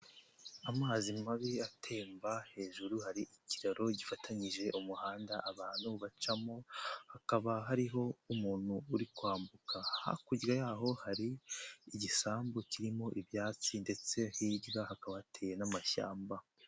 Amazi mabi atemba, hejuru hari ikiraro gifatanyije umuhanda abantu bacamo hakaba hariho umuntu uri kwambuka, hakurya y'aho hari igisambu kirimo ibyatsi ndetse hirya hakaba hateye n'amashyamba.